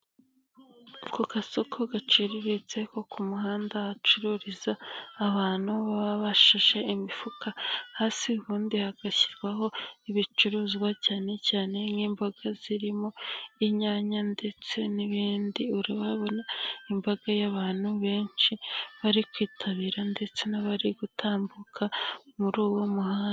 Ku gasoko gaciriritse ko ku muhanda hacururiza abantu baba bashashe imifuka hasi ubundi hagashyirwaho ibicuruzwa cyane cyane nk'imboga zirimo, inyanya ndetse n'ibindi, urahabona imbaga y'abantu benshi bari kwitabira ndetse n'abari gutambuka muri uwo muhanda.